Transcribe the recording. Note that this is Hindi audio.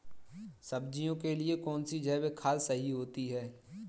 सब्जियों के लिए कौन सी जैविक खाद सही होती है?